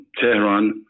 Tehran